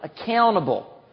accountable